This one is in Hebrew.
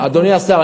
אדוני השר,